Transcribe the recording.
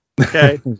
Okay